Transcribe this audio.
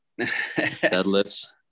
deadlifts